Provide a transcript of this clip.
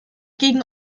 gegen